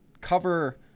cover